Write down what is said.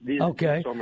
Okay